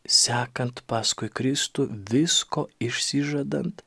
sekant paskui kristų visko išsižadant